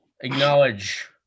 Acknowledge